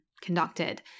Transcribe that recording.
conducted